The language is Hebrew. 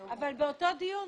אבל אותו דיון,